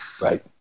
Right